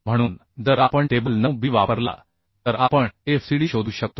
म्हणून जर आपण टेबल 9 B वापरला तर आपण FCD शोधू शकतो